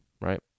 right